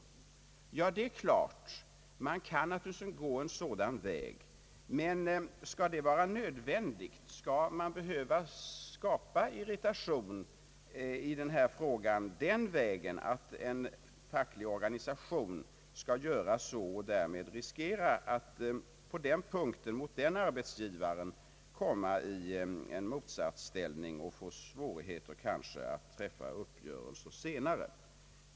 Men skall det vara nödvändigt att gå en sådan väg? Skall en facklig organisation behöva skapa irritation och riskera att komma i en motsatsställning mot arbetsgivaren och kanske få svårt att senare träffa uppgörelse?